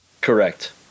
Correct